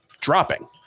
dropping